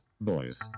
boys